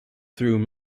through